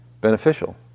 beneficial